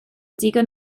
digon